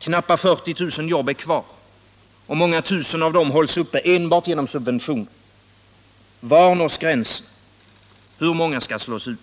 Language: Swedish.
Knappt 40 000 jobb är kvar, och många tusen av dem hålls uppe enbart genom subventioner. Var nås gränsen? Hur många skall slås ut?